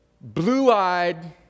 blue-eyed